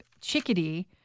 chickadee